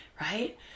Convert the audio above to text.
right